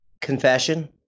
confession